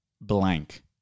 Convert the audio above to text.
blank